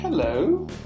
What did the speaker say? Hello